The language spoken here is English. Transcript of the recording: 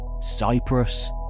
Cyprus